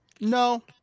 No